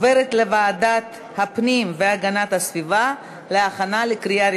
לוועדת הפנים והגנת הסביבה נתקבלה.